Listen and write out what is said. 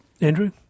Andrew